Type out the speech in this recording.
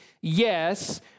yes